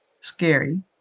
scary